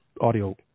audio